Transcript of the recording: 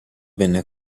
venne